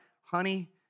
honey